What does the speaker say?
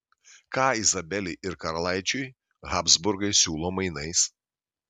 ką izabelei ir karalaičiui habsburgai siūlo mainais